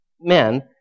men